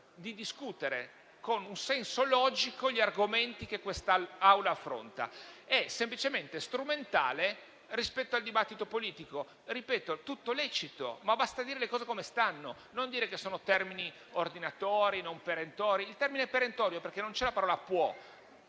di discutere con un senso logico gli argomenti che l'Assemblea affronta. Ciò è semplicemente strumentale rispetto al dibattito politico. Tutto è lecito, lo ripeto. Basta dire le cose come stanno, non dire che questi sono termini ordinatori e non perentori. Il termine è perentorio perché non c'è la parola "può":